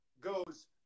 goes